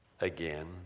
again